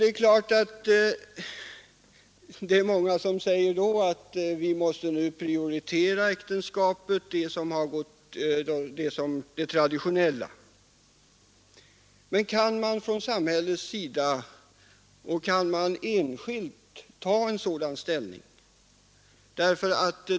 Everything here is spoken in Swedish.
Det är klart att många då säger att nu måste vi prioritera det traditionella äktenskapet. Men kan samhället, eller den enskilde, ta en sådan ställning?